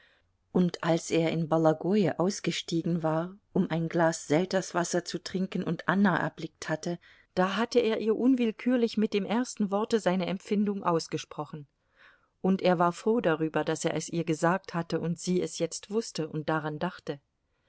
und als er in bologoje ausgestiegen war um ein glas selterswasser zu trinken und anna erblickt hatte da hatte er ihr unwillkürlich mit dem ersten worte seine empfindung ausgesprochen und er war froh darüber daß er es ihr gesagt hatte und sie es jetzt wußte und daran dachte